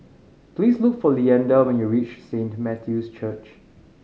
please look for Leander when you reach Saint Matthew's Church